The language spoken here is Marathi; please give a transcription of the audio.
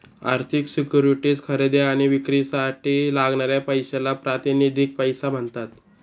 आर्थिक सिक्युरिटीज खरेदी आणि विक्रीसाठी लागणाऱ्या पैशाला प्रातिनिधिक पैसा म्हणतात